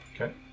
Okay